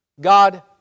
God